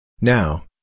Now